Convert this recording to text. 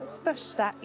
största